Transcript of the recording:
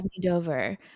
Dover